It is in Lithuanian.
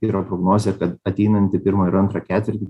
yra prognozė kad ateinantį pirmą ir antrą ketvirtį